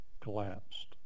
collapsed